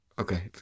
Okay